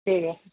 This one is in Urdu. ٹھیک ہے